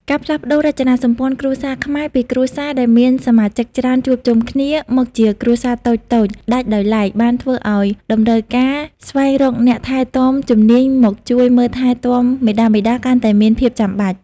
ការផ្លាស់ប្តូររចនាសម្ព័ន្ធគ្រួសារខ្មែរពីគ្រួសារដែលមានសមាជិកច្រើនជួបជុំគ្នា មកជាគ្រួសារតូចៗដាច់ដោយឡែក បានធ្វើឱ្យតម្រូវការស្វែងរកអ្នកថែទាំជំនាញមកជួយមើលថែមាតាបិតាកាន់តែមានភាពចាំបាច់។